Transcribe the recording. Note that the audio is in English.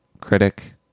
critic